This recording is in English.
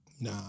Nah